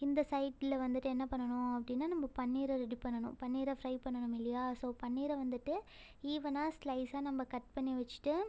இந்த சைடில் வந்துட்டு என்ன பண்ணணும் அப்படின்னா நம்ம பன்னீரை ரெடி பண்ணணும் பன்னீரை ஃப்ரை பண்ணணும் இல்லையா ஸோ பன்னீரை வந்துட்டு ஈவனாக ஸ்லைஸாக நம்ம கட் பண்ணி வச்சுட்டு